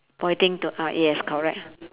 pointing to uh yes correct